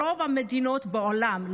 ברוב המדינות בעולם,